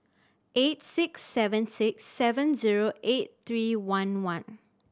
eight six seven six seven zero eight three one one